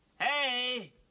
Hey